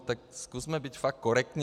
Tak zkusme být fakt korektní.